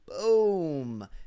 boom